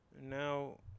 Now